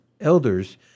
elders